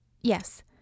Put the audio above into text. yes